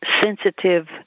sensitive